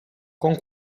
con